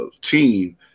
team